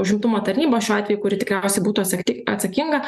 užimtumo tarnyba šiuo atveju kuri tikriausiai būtų atsakti atsakinga